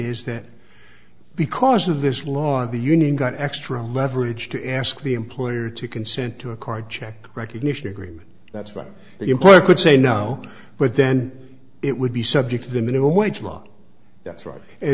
is that because of this law of the union got extra leverage to ask the employer to consent to a card check recognition agreement that's what the employer could say no but then it would be subject to the minimum wage law that's right